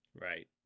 Right